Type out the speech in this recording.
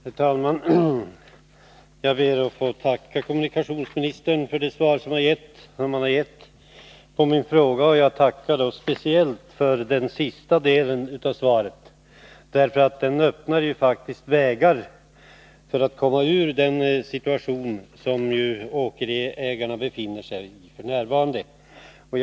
Herr talman! Jag ber att få tacka kommunikationsministern för det svar som han har gett på min fråga, och jag tackar då speciellt för den sista delen av svaret, därför att den öppnar vägar för att komma ur den situation som åkeriägarna befinner sig i f. n.